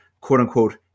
quote-unquote